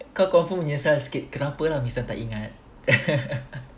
kau confirm menyesal sikt kenapa hamizan tak ingat